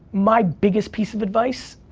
my biggest piece of advice,